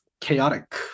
chaotic